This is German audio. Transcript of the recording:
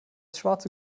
schwarze